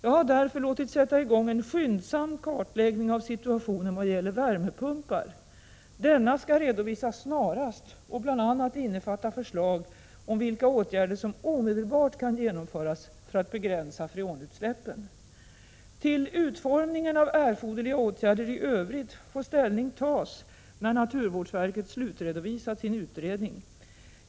Jag har därför låtit sätta i gång en skyndsam kartläggning av situationen vad gäller värmepumpar. Denna skall redovisas snarast och bl.a. innefatta förslag om vilka åtgärder som omedelbart kan genomföras för att begränsa freonutsläppen. Till utformningen av erforderliga åtgärder i övrigt får ställning tas när naturvårdsverket slutredovisat sin utredning.